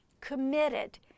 committed